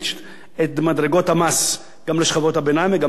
מדרגות המס גם לשכבות הביניים וגם לשכבות החלשות.